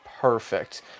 perfect